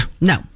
No